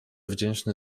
wdzięczny